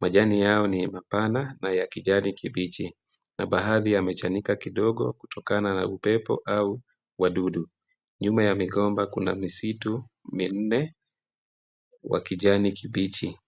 majani hayo ni mapana na ya kijani kibichi na baadhi yamechanika kidogo kutokana na upepo au wadudu. Nyuma ya migomba kuna misitu minne wa kijani kibichi.